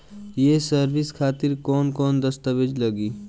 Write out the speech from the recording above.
ये सर्विस खातिर कौन कौन दस्तावेज लगी?